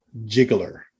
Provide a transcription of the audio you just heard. jiggler